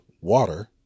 water